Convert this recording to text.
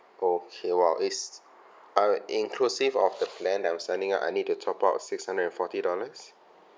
okay !wow! it's uh inclusive of the plan that I'm signing up I need to top up six hundred and forty dollars